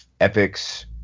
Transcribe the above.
epics